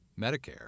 Medicare